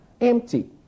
empty